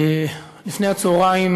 לפני הצהריים